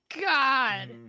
God